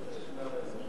ההסתייגות הראשונה של